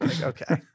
Okay